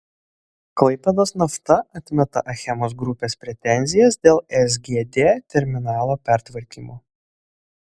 klaipėdos nafta atmeta achemos grupės pretenzijas dėl sgd terminalo pertvarkymo